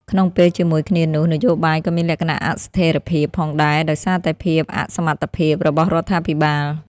ក្នុងពេលជាមួយគ្នានោះ នយោបាយក៏មានលក្ខណៈអស្ថិរភាពផងដែរ ដោយសារតែភាពអសមត្ថភាពរបស់រដ្ឋាភិបាល។